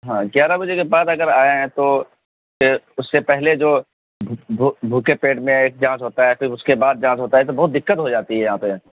ہاں گیارہ بجے کے بعد اگر آئیں تو پھر اس سے پہلے جو بھوکے پیٹ میں ایک جانچ ہوتا ہے پھر اس کے بعد جانچ ہوتا ہے تو بہت دقت ہو جاتی ہے یہاں پہ